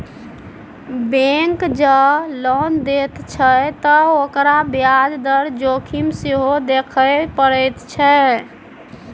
bank जँ loan दैत छै त ओकरा ब्याज दर जोखिम सेहो देखय पड़ैत छै